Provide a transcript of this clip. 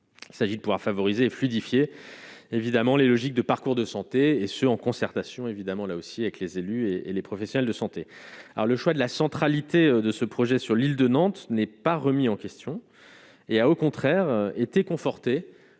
il s'agit de pouvoir favoriser fluidifier évidemment les logiques de parcours de santé et ce, en concertation évidemment là aussi avec les élus et les professionnels de santé, alors le choix de la centralité de ce projet sur l'île de Nantes n'est pas remis en question et a au contraire été confortée